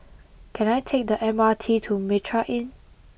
can I take the M R T to Mitraa Inn